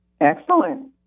Excellent